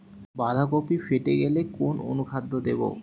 বাঁধাকপি ফেটে গেলে কোন অনুখাদ্য দেবো?